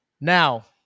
Now